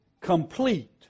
complete